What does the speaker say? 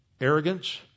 arrogance